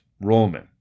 Roman